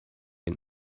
and